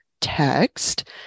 text